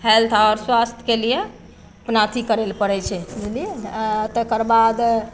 health आओर स्वास्थके लिये अपना अथी करै लए पड़ै छै बुझलियै ने आएँ तेकरबाद